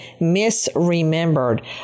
misremembered